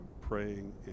praying